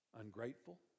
ungrateful